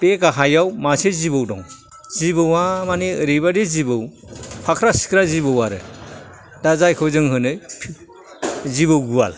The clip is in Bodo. बे गाहायाव मासे जिबौ दं जिबौआ मानि एरैबादि जिबौ फाख्रा सिख्रा जिबौ आरो दा जायखौ जों होनो जिबौ गुवाल